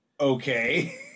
okay